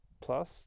plus